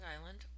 Island